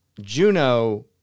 Juno